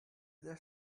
there